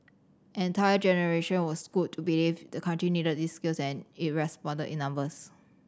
an entire generation was schooled to believe the country needed these skills and it responded in numbers